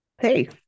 Hey